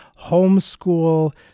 homeschool